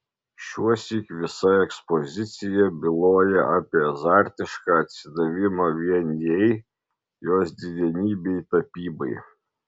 šiuosyk visa ekspozicija byloja apie azartišką atsidavimą vien jai jos didenybei tapybai